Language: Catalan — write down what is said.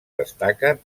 destaquen